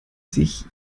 sich